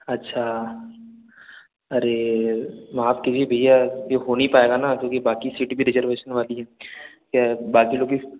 अच्छा अरे माफ कीजिए भईया ये हो नहीं पाया ना क्योंकि बाकी सिटी भी रिजर्वेशन बाकी है क्या है बाकी लोग की